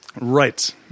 Right